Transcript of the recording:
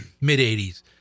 mid-80s